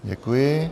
Děkuji.